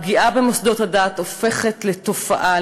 הפגיעה במוסדות הדת הופכת לתופעה,